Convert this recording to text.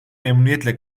memnuniyetle